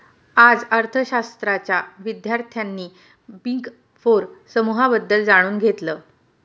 आज अर्थशास्त्राच्या विद्यार्थ्यांनी बिग फोर समूहाबद्दल जाणून घेतलं